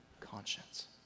conscience